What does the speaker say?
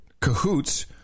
cahoots